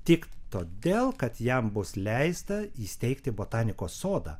tik todėl kad jam bus leista įsteigti botanikos sodą